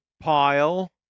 pile